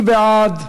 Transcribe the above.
מי בעד?